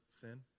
sin